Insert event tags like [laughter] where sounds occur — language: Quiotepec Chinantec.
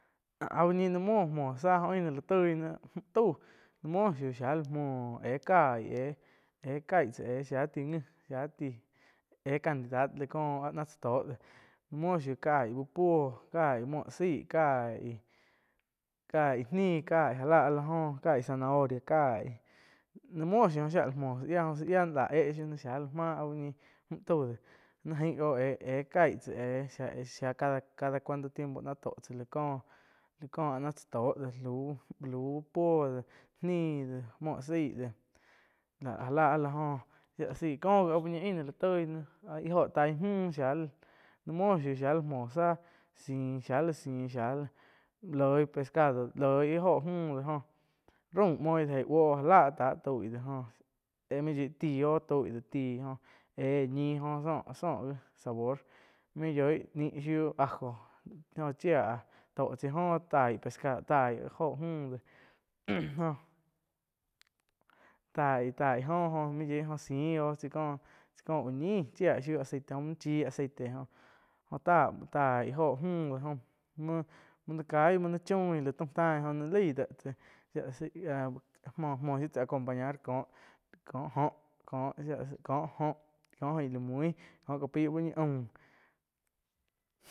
Áh úh ñih nain muoh, muoh záh oh ain la toih náh mju tau muoh muoh shiu shía la muoh éh caih, éh-éh caig tsá zhia tai ngi shia tai éh cantidad láh kóh áh náh tzá to dé muoh shiu caih uh puo kaih muo zaih caí, cai níh caí já lá áh la jóh cai zanahoria caíh ni muoh shiu jo shiá la muho záh yiá jóh záh yia láh éh shiu náh shia lá máh áh uh ñi mju tau déh naig ain oh éh-éh caig tsá éh shia-shia cada cuanto tiempo náh tó tsá la kóh, la koh áh ná tsá tó dé lau-au uh puo de nih déh muoh zai déh la já láh áh la jóh shi la zai ko gi uh ñih ain ná la toi náh íh jo taig müh zhia la, nain muo zhiu zhia lá muoh záh ziih shiá la zhiih shia láh loih pescado, loih ih óho mü de jo raum muoh idi buo oh já la áh táh taui de oh main yoih ti oh tau ih de ti oh éh ñih oh zoh-zoh sabor main yoi nih shiu ajo jo chiá chaí óho taih jo müh déh [noise] joh tai-tai jó oh main yoih jóh main yoi ngo ziih oh chai cóh, tsai có uh ñihchia shiu aceite oh muo naih chíh aceite jo tái taí oho mju do jo muo nai cai muo ni choin la taum tai jo naih laih deh tzá muo-muo zhiu tzá acompañar kó-kó jóh shia la ko jó ko ain la muih ko ka pai uh ñi aum.